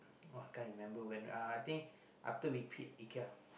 oh I can't remember when uh I think after we pit Ikea